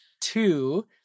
Two